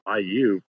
IU